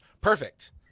Perfect